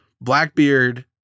Blackbeard